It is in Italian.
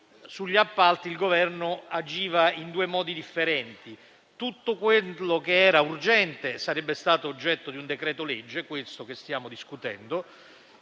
sugli appalti il Governo avrebbe agito in due modi differenti: tutto quello che era urgente sarebbe stato oggetto di un decreto-legge, quello che stiamo discutendo,